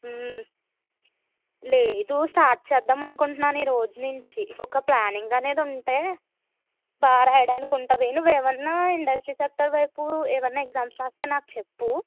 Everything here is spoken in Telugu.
లేదు స్టార్ట్ చేద్దామనుకుంటున్నాను ఈరోజు నుంచి ఒక ప్లానింగ్ అనేది ఉంటే బాగా రాయడానికి ఉంటుంది నువ్వేమైనా ఇండస్ట్రీ సెక్టార్ వైపు ఏమైనా ఎగ్జామ్స్ రాస్తే నాకు చెప్పు